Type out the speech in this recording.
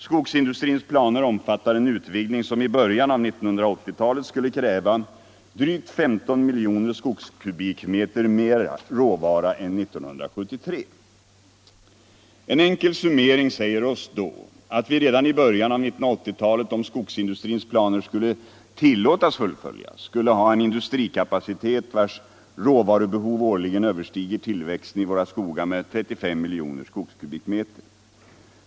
Skogsindustrins planer omfattar en utvidgning som i början av 1980-talet skulle kräva drygt 15 miljoner skogskubikmeter mer råvara än 1973. En enkel summering säger oss då att vi redan i början av 1980-talet, om skogsindustrins planer skulle tillåtas fullföljas, skulle ha en industrikapacitet vars råvarubehov årligen överstiger tillväxten i våra skogar med 35 miljoner skogskubikmeter.